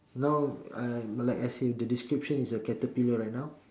no uh I like I said the description is a caterpillar right now